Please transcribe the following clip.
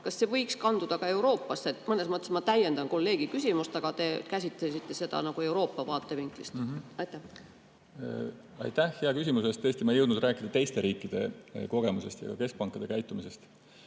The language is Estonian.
võiks kanduda ka Euroopasse? Mõnes mõttes ma täiendan kolleegi küsimust, aga te käsitlesite seda Euroopa vaatevinklist. Aitäh hea küsimuse eest! Tõesti, ma ei jõudnud rääkida teiste riikide kogemusest ja keskpankade käitumisest.